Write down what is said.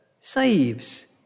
saves